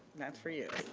that's for you.